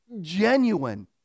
genuine